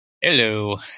Hello